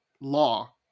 law